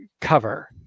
cover